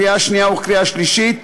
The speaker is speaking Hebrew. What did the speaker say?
לקריאה השנייה ולקריאה השלישית.